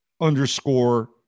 underscore